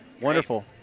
Wonderful